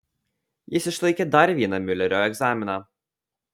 jis išlaikė dar vieną miulerio egzaminą